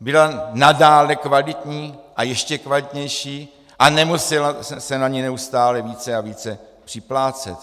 byla nadále kvalitní a ještě kvalitnější a nemuselo se na ni ještě více a více připlácet.